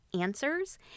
answers